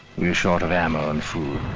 we were short of ammo and food,